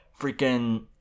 freaking